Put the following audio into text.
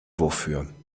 wofür